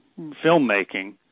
filmmaking